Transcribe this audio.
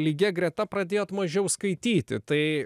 lygia greta pradėjot mažiau skaityti tai